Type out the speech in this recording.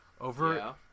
over